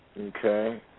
Okay